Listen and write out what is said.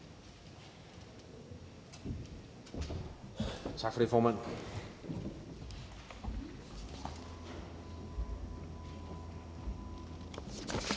Tak for det, formand.